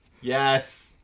Yes